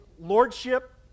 lordship